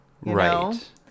right